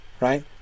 right